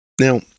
Now